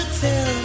tell